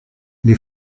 les